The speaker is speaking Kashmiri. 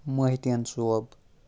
محی الدیٖن صٲب